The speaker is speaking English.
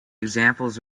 examples